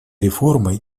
реформой